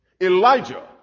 Elijah